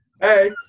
Hey